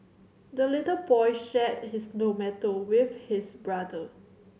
the little boy shared his tomato with his brother